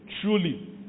truly